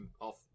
off